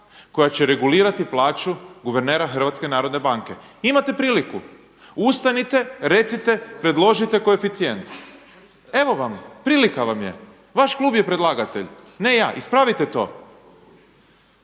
koja će regulirati plaću guvernera Hrvatske narodne banke. Imate priliku. Ustanite, recite, predložite koeficijent. Evo vam. Prilika vam je. Vaš klub je predlagatelj, ne ja. Ispravite to!